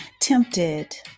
tempted